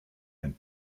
and